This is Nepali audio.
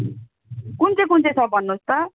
कुन चाहिँ कुन चाहिँ छ भन्नुहोस् त